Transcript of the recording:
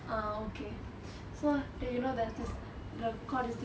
ah okay so do you know there's this the court is